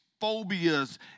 phobias